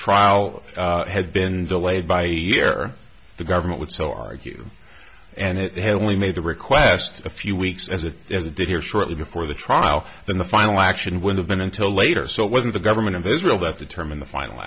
trial had been delayed by a year the government would still argue and it had only made the request a few weeks as it is a did here shortly before the trial than the final action would have been until later so it wasn't the government of israel that determine the final